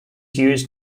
used